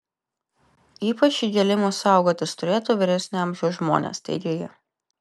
ypač įgėlimų saugotis turėtų vyresnio amžiaus žmonės teigia ji